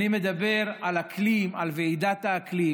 אל תחשוד בו.